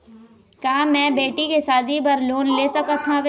का मैं बेटी के शादी बर लोन ले सकत हावे?